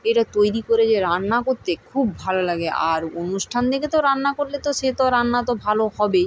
এটা তৈরি করে যে রান্না করতে খুব ভালো লাগে আর অনুষ্ঠান দেখে তো রান্না করলে তো সে তো রান্না তো ভালো হবেই